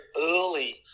early